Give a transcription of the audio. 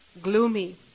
Gloomy